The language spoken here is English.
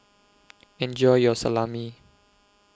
Enjoy your Salami